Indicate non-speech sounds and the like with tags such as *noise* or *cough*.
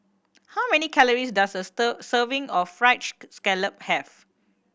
how many calories does a *unintelligible* serving of fried *unintelligible* scallop have